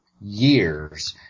years